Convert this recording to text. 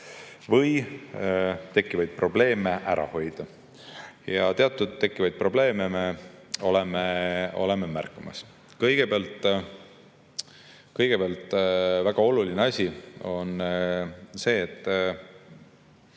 või tekkivaid probleeme ära hoida. Teatud tekkivaid probleeme me oleme märkamas. Kõigepealt, väga olulised on